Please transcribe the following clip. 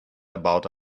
about